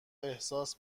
احساس